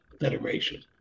Federation